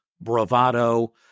bravado